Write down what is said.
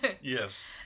Yes